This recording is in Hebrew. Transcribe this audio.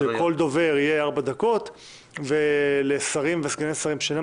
כשלכל דובר יהיו ארבע דקות ולשרים ולסגני שרים שאינם